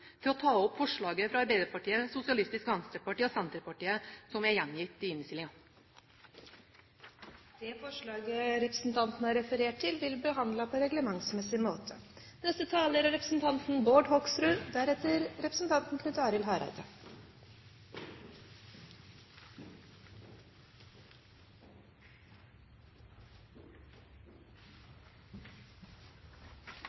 til å ta opp forslaget fra Arbeiderpartiet, Sosialistisk Venstreparti og Senterpartiet, som er gjengitt i innstillingen. Representanten Susanne Bratli har tatt opp det forslaget hun refererte til.